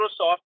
Microsoft